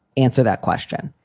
answer that question,